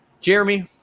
Jeremy